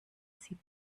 sie